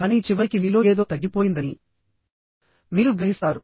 కానీ చివరికి మీలో ఏదో తగ్గిపోయిందని మీరు గ్రహిస్తారు